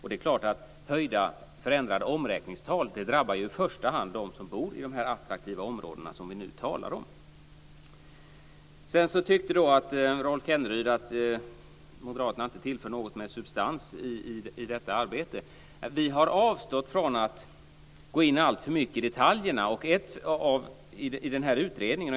Det är klart att höjda, förändrade omräkningstal i första hand drabbar dem som bor i de attraktiva områden som vi nu talar om. Sedan tyckte Rolf Kenneryd att moderaterna inte tillför något med substans i detta arbete. Vi har avstått från att gå in alltför mycket i detaljerna i utredningen.